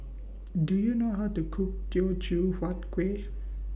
Do YOU know How to Cook Teochew Huat Kueh